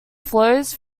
flows